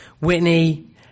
Whitney